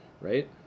right